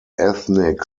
ethnic